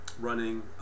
running